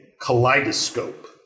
kaleidoscope